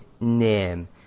name